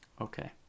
Okay